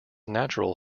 natural